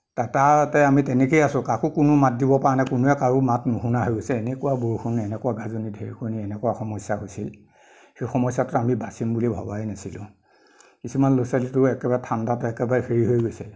তাতে আমি তেনেকৈয়ে আছো কাকো কোনো মাত দিবপৰা নাই কোনোৱে কাৰো মাত নুশুনা হৈ গৈছে এনেকুৱা বৰষুণ এনেকুৱা গাজনি ঢেৰেকনি এনেকুৱা সমস্যা হৈছিল সেই সমস্যাটো আমি বাচিম বুলি ভবাই নাছিলোঁ কিছুমান ল'ৰা ছোৱালীয়েতো একেবাৰে ঠাণ্ডাতে একেবাৰে হেৰি হৈ গৈছে